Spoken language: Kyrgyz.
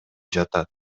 жатат